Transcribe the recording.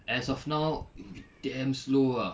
as of now damn slow ah